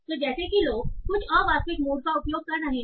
तो जैसे कि लोग कुछ अवास्तविक मूड का उपयोग कर रहे हैं